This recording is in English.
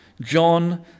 John